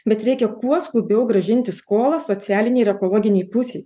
bet reikia kuo skubiau grąžinti skolą socialinei ir ekologinei pusei